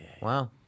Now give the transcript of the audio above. Wow